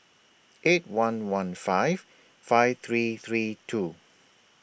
eight one one five five three three two